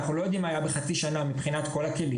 אנחנו לא יודעים מה היה בחצי השנה מבחינת כל הכלים,